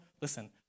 listen